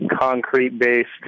concrete-based